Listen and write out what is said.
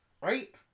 Right